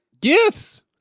Gifts